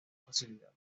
facilidad